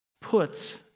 puts